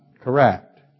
correct